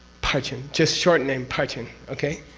parchin, just short name parchin, okay?